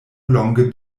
longe